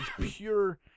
pure